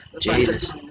Jesus